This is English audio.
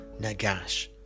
Nagash